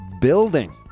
building